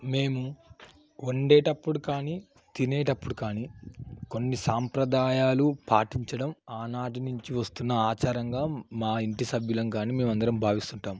మేము వండేటప్పుడు కానీ తినేటప్పుడు కానీ కొన్ని సాంప్రదాయాలు పాటించడం ఆనాటి నుంచి వస్తున్న ఆచారంగా మా ఇంటి సభ్యులం కానీ మేము అందరం భావిస్తుంటాం